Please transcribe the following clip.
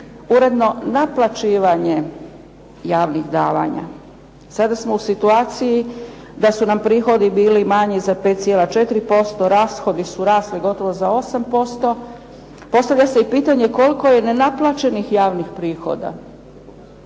uredno naplaćivanje javnih davanja. Sada smo u situaciji da su nam prihodi bili manji za 5,4%, rashodi su rasli gotovo za 8% Postavlja se i pitanje koliko je nenaplaćenih javnih prihoda.